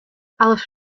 alice